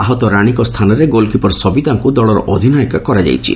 ଆହତ ରାଣୀଙ୍କ ସ୍ରାନରେ ଗୋଲକିପର ସବିତାଙ୍କୁ ଦଳର ଅଧିନାୟିକା କରାଯାଇଛି